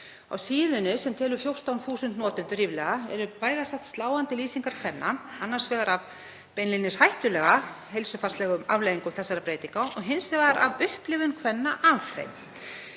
Á síðunni, sem telur ríflega 14.000 notendur, eru vægast sagt sláandi lýsingar kvenna, annars vegar af beinlínis hættulegum heilsufarslegum afleiðingum þessara breytinga og hins vegar af upplifun kvenna af þeim.